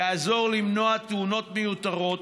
יעזור למנוע תאונות מיותרות,